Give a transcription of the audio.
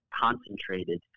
concentrated